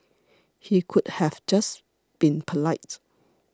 he could have just been polite